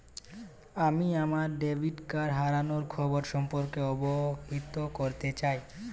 আমি আমার debit card হারানোর খবর সম্পর্কে অবহিত করতে চাই